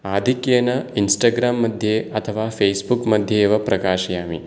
आधिक्येन इन्स्टाग्राम् मध्ये अथवा फेस्बुक् मध्ये एव प्रकाशयामि